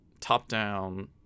Top-down